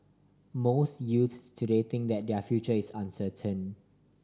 most youths today think that their future is uncertain